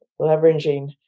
leveraging